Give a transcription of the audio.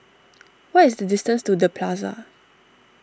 what is the distance to the Plaza